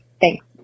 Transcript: thanks